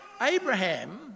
Abraham